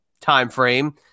timeframe